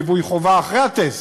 ליווי חובה אחרי הטסט,